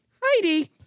Heidi